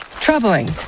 troubling